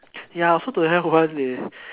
ya I also don't have one leh